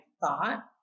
thought